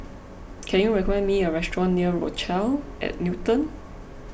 can you recommend me a restaurant near Rochelle at Newton